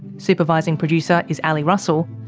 supervising producer is ali russell.